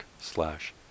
slash